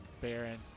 Baron